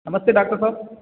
नमस्ते डाक्टर साहब